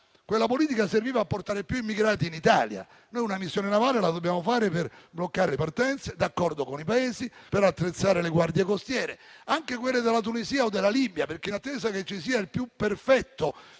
quella politica serviva a portare più immigrati in Italia. Noi una missione navale la dobbiamo fare per bloccare le partenze, d'accordo con i Paesi, e per attrezzare le guardie costiere, anche quelle della Tunisia o della Libia. In attesa che ci sia il più perfetto